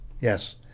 Yes